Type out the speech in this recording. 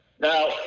Now